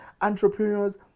entrepreneurs